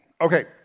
Okay